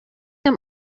him